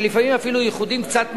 ולפעמים אפילו איחודים קצת משונים,